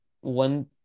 one